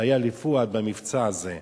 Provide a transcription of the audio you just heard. שהיו לפואד במבצע הזה.